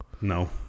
no